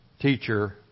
teacher